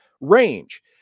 Range